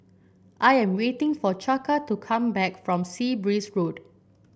I am waiting for Chaka to come back from Sea Breeze Road